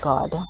God